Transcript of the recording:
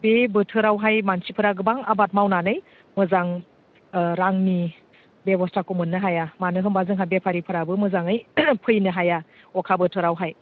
बे बोथोरावहाय मानसिफोरा गोबां आबाद मावनानै मोजां रांनि बेबस्ताखौ मोननो हाया मानो होनबा जोंहा बेफारिफोराबो मोजाङै फैनो हाया अखा बोथोरावहाय